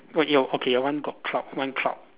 okay your okay your one got cloud one cloud